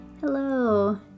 Hello